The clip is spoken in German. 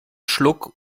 schluck